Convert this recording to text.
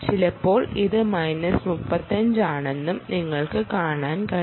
ചിലപ്പോൾ ഇത് മൈനസ് 35 ആണെന്നും നിങ്ങൾക്ക് കാണാൻ കഴിയും